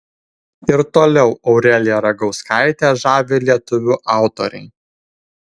ir toliau aureliją ragauskaitę žavi lietuvių autoriai